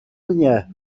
mnie